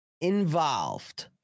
involved